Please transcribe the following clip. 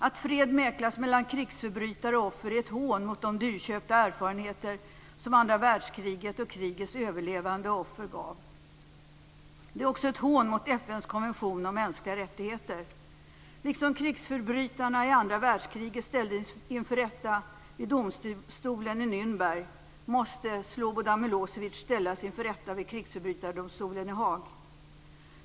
Att fred mäklas mellan krigsförbrytare och offer är ett hån mot de dyrköpta erfarenheter som andra världskriget och krigets överlevande offer gav. Det är också ett hån mot FN:s konvention om mänskliga rättigheter. Liksom krigsförbrytarna i andra världskriget ställdes inför rätta vid domstolen i Nürnberg måste Slobodan Milosevic ställas inför rätta vid krigsförbrytardomstolen i Haag.